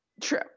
True